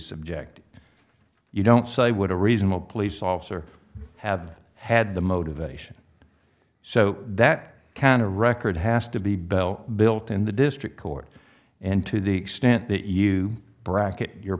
subject you don't say what a reasonable police officer have had the motivation so that kind of record has to be bell built in the district court and to the extent that you bracket you